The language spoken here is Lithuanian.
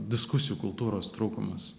diskusijų kultūros trūkumas